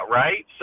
right